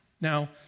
Now